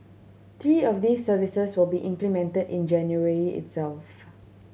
three of these services will be implemented in January itself